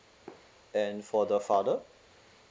and for the father